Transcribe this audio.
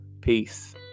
Peace